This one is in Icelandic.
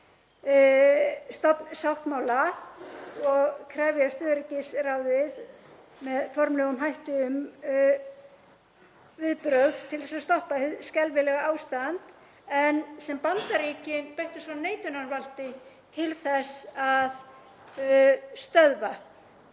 stofnsáttmála og krefja öryggisráðið með formlegum hætti um viðbrögð til þess að stoppa hið skelfilega ástand, sem Bandaríkin beittu svo neitunarvaldi til þess að stöðva.